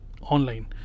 online